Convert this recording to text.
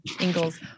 Ingalls